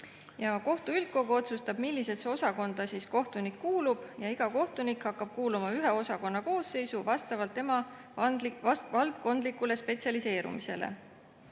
Kohtu üldkogu otsustab, millisesse osakonda kohtunik kuulub. Iga kohtunik hakkab kuuluma ühe osakonna koosseisu vastavalt tema valdkondlikule spetsialiseerumisele.